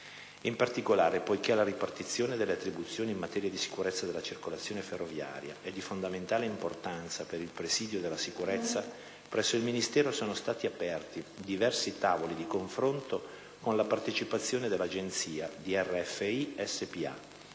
In particolare, poiché la ripartizione delle attribuzioni in materia di sicurezza della circolazione ferroviaria è di fondamentale importanza per il presidio della sicurezza, presso il Ministero sono stati aperti diversi tavoli di confronto con la partecipazione dell'Agenzia, di RFI SpA,